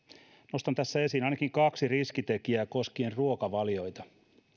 nostan tässä esiin ainakin kaksi riskitekijää koskien ruokavalioita